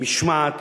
עם משמעת,